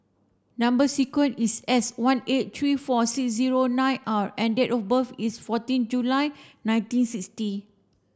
number sequence is S one eight three four six zero nine R and date of birth is fourteen July nineteen sixty